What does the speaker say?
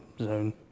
zone